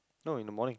no in the morning